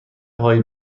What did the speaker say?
هایی